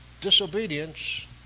Disobedience